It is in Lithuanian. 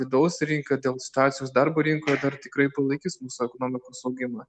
vidaus rinka dėl situacijos darbo rinkoje dar tikrai palaikys mūsų ekonomikos augimą